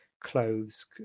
clothes